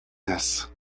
this